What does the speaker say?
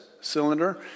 cylinder